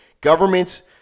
Governments